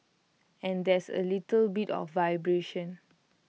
and there's A little bit of vibration